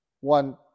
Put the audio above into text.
one